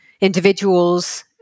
individuals